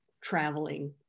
traveling